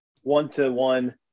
one-to-one